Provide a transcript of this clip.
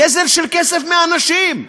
גזל של כסף מהאנשים.